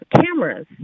cameras